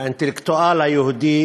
האינטלקטואל היהודי